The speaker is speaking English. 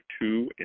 two